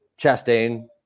Chastain